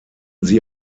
sie